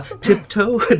Tiptoe